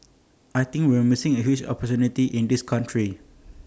I think we're missing A huge opportunity in this country